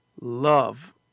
love